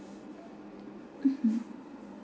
mmhmm